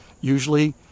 usually